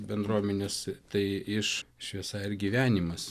bendruomenės tai iš šviesa ir gyvenimas